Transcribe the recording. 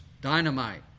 dynamite